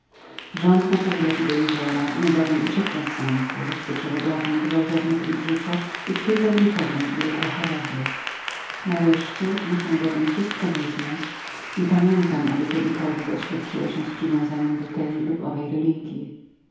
niecierpliwa powrotu do jeziora niebawem uciekła z zamku rozpoczęła dawny gwałtowny tryb życia i w kilka dni uległa chorobie nareszcie muszę bowiem wszystko wyznać niepamiętam aby kiedykolwiek oświadczyła się z przywiązaniem do tej lub owej religji